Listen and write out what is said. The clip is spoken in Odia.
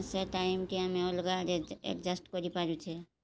ସେ ଟାଇମ୍ଟି ଆମେ ଅଲଗା ଆଡେ ଏଡ଼୍ଜଷ୍ଟ୍ କରିପାରୁଛେ